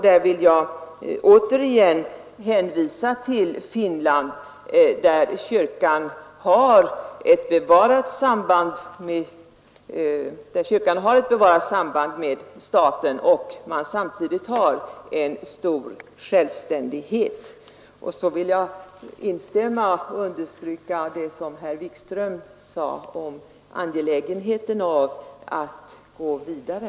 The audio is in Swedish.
Där vill jag återigen hänvisa till Finland, där kyrkan har ett bevarat samband med staten och samtidigt stor självständighet. Så vill jag instämma i det som herr Wikström sade och understryka angelägenheten av att gå vidare.